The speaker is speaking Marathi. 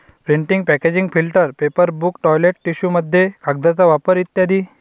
printing packaging filter paper book toilet टिश्यूमध्ये कागदाचा वापर इ